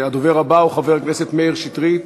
הדובר הבא הוא חבר הכנסת שטרית,